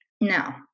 now